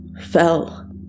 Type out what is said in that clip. fell